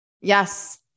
Yes